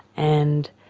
and